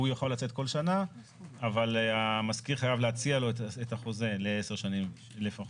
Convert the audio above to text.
יוכל לצאת כל שנה אבל המשכיר חייב להציע לו את החוזה ל 10 שנים לפחות,